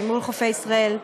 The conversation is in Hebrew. מול חופי ישראל?